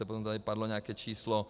Potom tady padlo nějaké číslo.